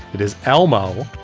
it is elmo.